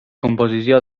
composició